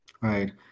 Right